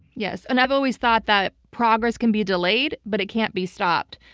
yes. and i've always thought that progress can be delayed, but it can't be stopped.